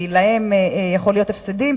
כי להם יכולים להיות הפסדים,